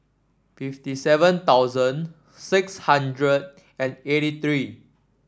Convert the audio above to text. fifty seven thousand six hundred and eighty three